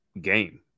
game